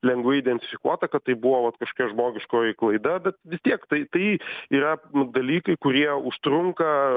lengvai identifikuota kad tai buvo vat kašokia žmogiškoji klaida bet vis tiek tai tai yra dalykai kurie užtrunka